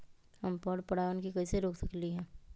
हम पर परागण के कैसे रोक सकली ह?